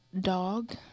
dog